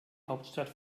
hauptstadt